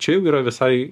čia yra visai